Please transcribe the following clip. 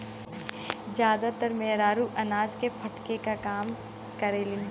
जादातर मेहरारू अनाज के फटके के काम करेलिन